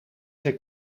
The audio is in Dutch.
zijn